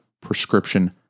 prescription